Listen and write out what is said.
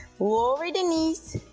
lower the knees,